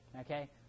okay